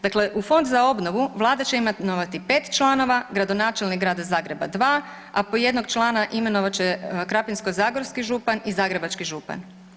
Dakle, u Fond za obnovu vlada će imenovati 5 članova, gradonačelnik Grada Zagreba 2, a po jednog člana imenovat će Krapinsko-zagorski župan i Zagrebački župan.